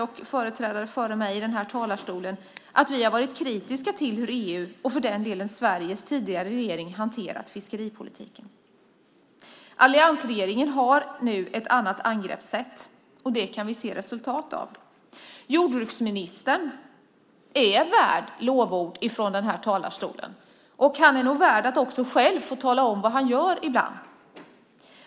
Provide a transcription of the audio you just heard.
Vi kristdemokrater har sagt att vi är kritiska till hur EU och Sveriges tidigare regering har hanterat fiskeripolitiken. Alliansregeringen har nu ett annat angreppssätt, och det kan vi se resultat av. Jordburksministern är värd lovord från den här talarstolen, och han är nog värd att också själv få tala om vad han gör ibland.